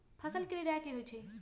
फसल के निराया की होइ छई?